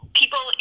people